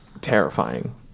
Terrifying